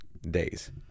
Days